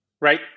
Right